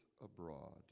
abroad